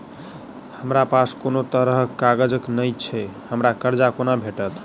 हमरा पास कोनो तरहक कागज नहि छैक हमरा कर्जा कोना भेटत?